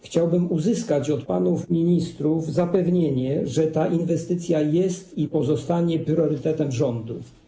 Chciałbym uzyskać od panów ministrów zapewnienie, że ta inwestycja jest i pozostanie priorytetem rządu.